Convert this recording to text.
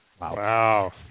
Wow